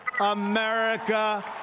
America